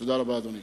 תודה רבה, אדוני.